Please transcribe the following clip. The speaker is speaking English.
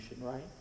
Right